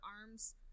arms